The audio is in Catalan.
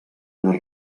les